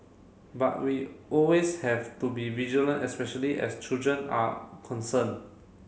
but we always have to be vigilant especially as children are concerned